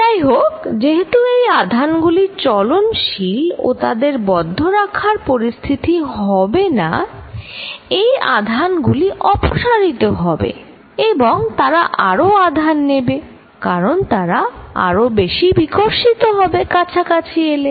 যাই হোক যেহেতু এই আধানগুলি চলনশীল ও তাদের বদ্ধ করে রাখার পরিস্থিতি হবে না এই আধান গুলি অপসারিত হবে এবং তারা আরো আধান নেবে কারণ তারা আরও বেশি বিকর্ষিত হবে কাছাকাছি এলে